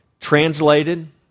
Translated